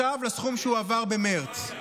מה ההפרש בין הסכום שמועבר עכשיו לסכום שהועבר במרץ?